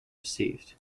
received